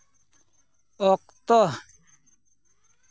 ᱚᱠᱛᱚ